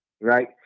right